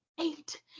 eight